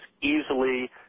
easily